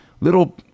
little